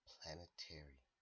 Planetary